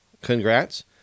congrats